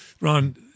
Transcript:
Ron